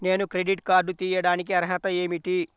నేను credit card తీయడానికి అర్హత ఏమిటి?